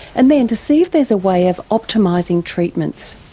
and then to see if there's a way of optimising treatments.